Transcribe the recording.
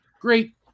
Great